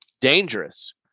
dangerous